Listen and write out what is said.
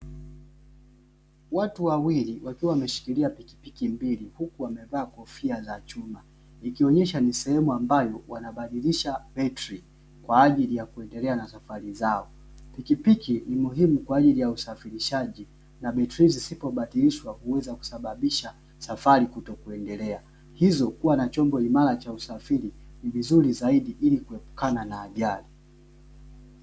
Watu wawili wakiwa wameshikilia pikipiki mbili, huku wamevaa kofia za chuma, ikionyesha ni sehemu ambayo wanabadilisha betri kwa ajili ya kuendelea na safari zao. Pikipiki ni muhimu kwa ajili ya usafirishaji, na betri zisipobadilishwa huweza kusababisha safari kutokuendelea. Hivyo, kuwa na chombo imara cha usafiri ni vizuri zaidi ili kuepukana na ajali.